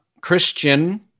Christian